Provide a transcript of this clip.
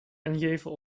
ingeven